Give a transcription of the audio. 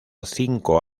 cinco